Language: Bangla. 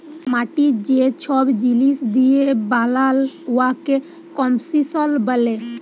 মাটি যে ছব জিলিস দিঁয়ে বালাল উয়াকে কম্পসিশল ব্যলে